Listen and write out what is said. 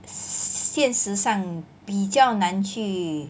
现实上比较难去